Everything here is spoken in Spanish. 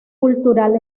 cultural